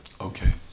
Okay